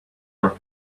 are